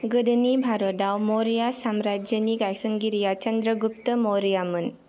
गोदोनि भारताव मौर्या साम्राज्योनि गायसनगिरिया चन्द्रगुप्ता मौर्यामोन